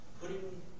putting